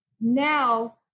Now